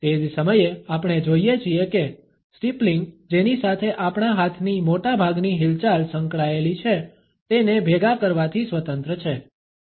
તે જ સમયે આપણે જોઈએ છીએ કે સ્ટીપલિંગ જેની સાથે આપણા હાથની મોટાભાગની હિલચાલ સંકળાયેલી છે તેને ભેગા કરવાથી સ્વતંત્ર છે